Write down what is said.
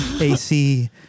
AC